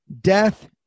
death